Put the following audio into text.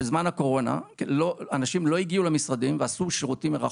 בזמן הקורונה אנשים לא הגיעו למשרדים ועשו שירותים מרחוק.